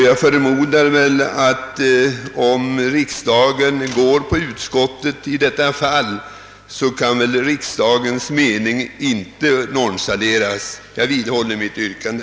Jag förmodar att om riksdagen följer utskottets förslag i detta fall kan riksdagens mening inte nonchaleras. Jag vidhåller mitt yrkande.